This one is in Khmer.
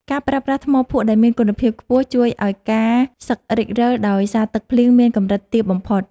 ការប្រើប្រាស់ថ្មភក់ដែលមានគុណភាពខ្ពស់ជួយឱ្យការសឹករិចរិលដោយសារទឹកភ្លៀងមានកម្រិតទាបបំផុត។